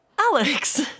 Alex